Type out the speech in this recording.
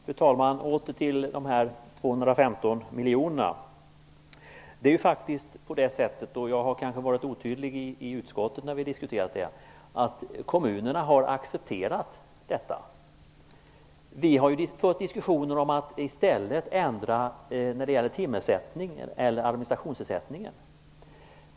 Fru talman! Återigen till de 215 miljonerna. Kanske var jag otydlig i våra diskussioner i utskottet. Men kommunerna har accepterat detta. Vi har ju fört diskussioner om att i stället ändra när det gäller timersättningen eller administrationsersättningen.